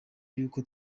y’uko